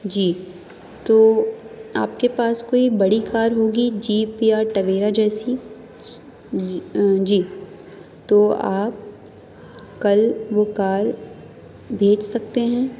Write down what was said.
جی تو آپ کے پاس کوئی بڑی کار ہوگی جیپ یا ٹویرا جیسی جی جی تو آپ کل وہ کار بھیج سکتے ہیں